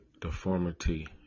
deformity